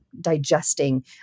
digesting